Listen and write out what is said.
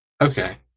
Okay